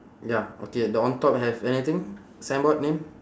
ya okay the on top have anything signboard name